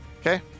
okay